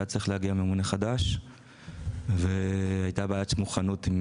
והיה צריך להגיע ממונה חדש והייתה בעיית מוכנות.